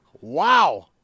Wow